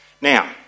Now